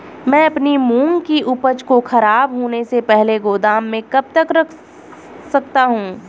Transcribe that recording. मैं अपनी मूंग की उपज को ख़राब होने से पहले गोदाम में कब तक रख सकता हूँ?